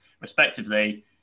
respectively